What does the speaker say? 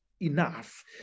enough